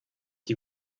die